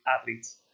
Athletes